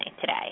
today